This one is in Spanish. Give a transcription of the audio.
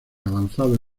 avanzado